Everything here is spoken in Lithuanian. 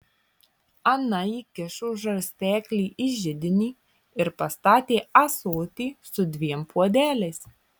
ana įkišo žarsteklį į židinį ir pastatė ąsotį su dviem puodeliais